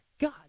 God